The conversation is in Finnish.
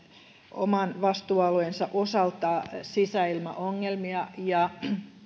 oman vastuualueensa osalta sisäilmaongelmia ja